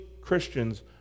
Christians